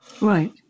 Right